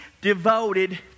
devoted